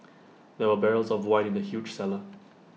there were barrels of wine in the huge cellar